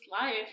life